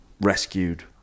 rescued